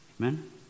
Amen